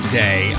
day